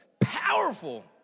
powerful